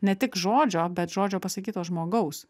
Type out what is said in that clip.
ne tik žodžio bet žodžio pasakyto žmogaus